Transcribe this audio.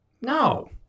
No